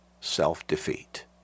Self-defeat